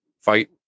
fight